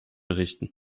richten